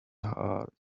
hard